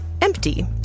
empty